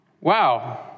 wow